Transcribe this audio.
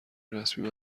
رسمی